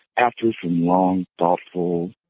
after some long, thoughtful,